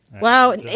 Wow